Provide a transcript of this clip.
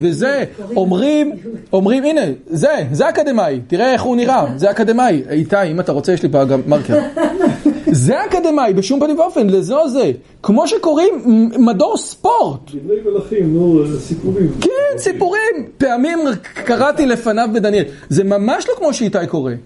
וזה, אומרים, אומרים, הנה, זה, זה אקדמאי, תראה איך הוא נראה, זה אקדמאי. איתי, אם אתה רוצה, יש לי פה אגם מרקר. זה אקדמאי, בשום פנים ואופן, לזו זה. כמו שקוראים מדור ספורט. עברי מלאכים, סיפורים. כן, סיפורים. פעמים קראתי לפניו ודניאל. זה ממש לא כמו שאיתי קורא.